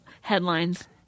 headlines